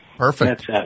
Perfect